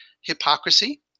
hypocrisy